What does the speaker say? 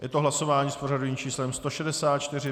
Je to hlasování s pořadovým číslem 164.